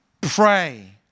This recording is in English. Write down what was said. pray